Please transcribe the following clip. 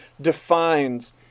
defines